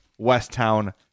Westtown